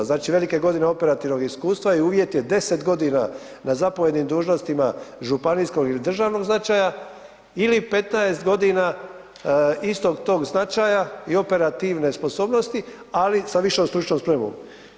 Znači velike godine operativnog iskustva i uvjet je 10 godina na zapovjednim dužnostima županijskog ili državnog značaja ili 15 godina istog tog značaja i operativne sposobnosti, ali sa višom stručnom spremom.